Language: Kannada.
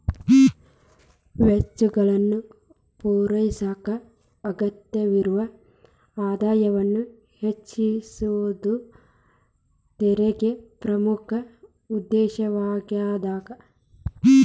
ವೆಚ್ಚಗಳನ್ನ ಪೂರೈಸಕ ಅಗತ್ಯವಿರೊ ಆದಾಯವನ್ನ ಹೆಚ್ಚಿಸೋದ ತೆರಿಗೆ ಪ್ರಮುಖ ಉದ್ದೇಶವಾಗ್ಯಾದ